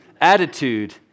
Attitude